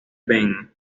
ven